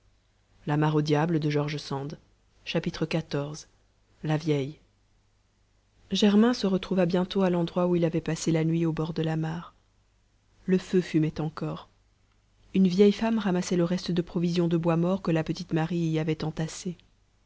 la vieille germain se retrouva bientôt à l'endroit où il avait passé la nuit au bord de la mare le feu fumait encore une vieille femme ramassait le reste de la provision de bois mort que la petite marie y avait entassée